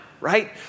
right